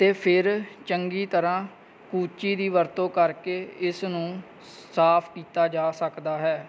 ਅਤੇ ਫਿਰ ਚੰਗੀ ਤਰ੍ਹਾਂ ਕੂਚੀ ਦੀ ਵਰਤੋਂ ਕਰਕੇ ਇਸ ਨੂੰ ਸਾਫ ਕੀਤਾ ਜਾ ਸਕਦਾ ਹੈ